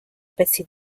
pezzi